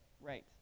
Right